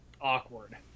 awkward